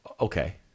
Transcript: Okay